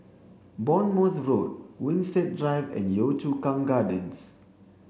Bournemouth Road Winstedt Drive and Yio Chu Kang Gardens